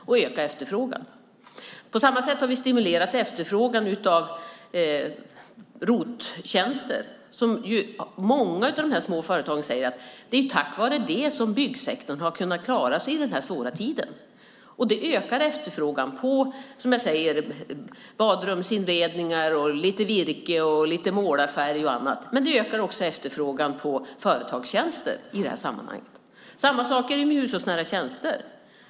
Det ökar efterfrågan. På samma sätt har vi stimulerat efterfrågan på ROT-tjänster. Många av de små företagen säger att det är tack vare det som byggsektorn har kunnat klara sig den här svåra tiden. Det ökar efterfrågan på badrumsinredningar, virke, målarfärg och annat, men det ökar också efterfrågan på företagstjänster. Det är samma sak när det gäller hushållsnära tjänster.